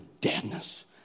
deadness